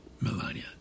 Melania